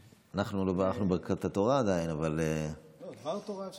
אנחנו לא בירכנו ברכת התורה עדיין,